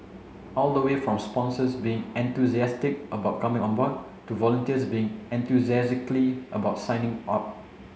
all the way from sponsors being enthusiastic about coming on board to volunteers being enthusiastically about signing up